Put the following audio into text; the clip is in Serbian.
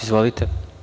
Izvolite.